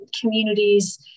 communities